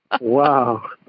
Wow